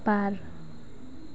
बार